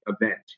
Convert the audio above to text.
event